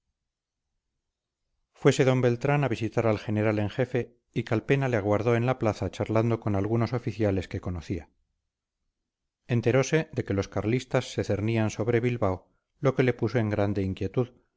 fuese d beltrán a visitar al general en jefe y calpena le aguardó en la plaza charlando con algunos oficiales que conocía enterose de que los carlistas se cernían sobre bilbao lo que le puso en grande inquietud